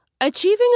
Achieving